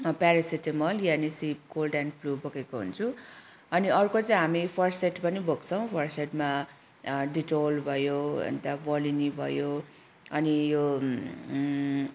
paracetamol या Nicip cold and flu बोकेको हुन्छु अनि अर्को चाहिँ हामी फर्स्ट एड पनि बोक्छौँ फर्स्ट एडमा डिटोल भयो अन्त भोलिनी भयो अनि यो